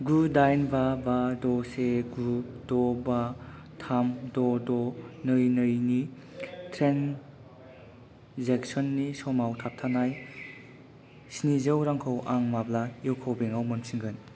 गु दाइन बा बा द' से गु द'बा थाम द' द' नै नै नि ट्रेन्जेकसननि समाव थाबथानाय स्नि जौ रांखौ आं माब्ला इउक' बेंकआव मोनफिनगोन